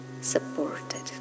supported